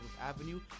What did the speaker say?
Avenue